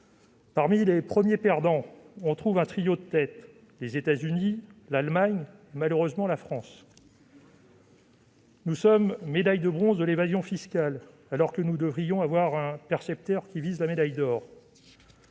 tête des premiers perdants figurent les États-Unis, l'Allemagne et, malheureusement, la France. Nous sommes médaillés de bronze de l'évasion fiscale alors que nous devrions avoir un percepteur qui vise la médaille d'or.